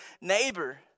neighbor